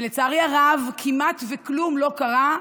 לצערי הרב, כמעט כלום לא קרה.